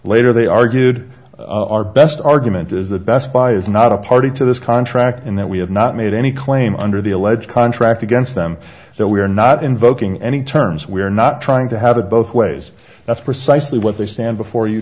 later they argued our best argument is the best buy is not a party to this contract and that we have not made any claim under the alleged contract against them so we are not invoking any terms we are not trying to have it both ways that's precisely what they stand before you